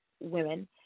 women